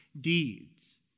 deeds